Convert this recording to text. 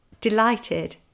delighted